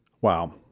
Wow